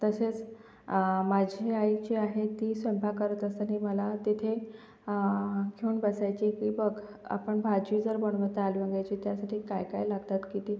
तसेच माझी आई जी आहे ती स्वयंपाक करत असताना मला तेथे घेऊन बसायची की बघ आपण भाजी जर बनवत आहे आलू वांग्याची त्यासाठी काय काय लागतात किती